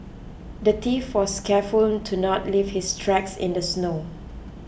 the thief was careful to not leave his tracks in the snow